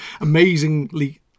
amazingly